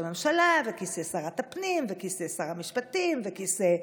הממשלה וכיסא שרת הפנים וכיסא שר המשפטים וכיסא,